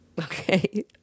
Okay